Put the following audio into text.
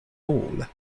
all